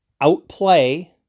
outplay